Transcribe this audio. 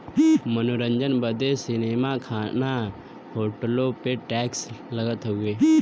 मनोरंजन बदे सीनेमा, खाना, होटलो पे टैक्स लगत हउए